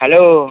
hello